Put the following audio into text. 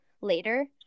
later